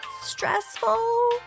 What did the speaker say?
stressful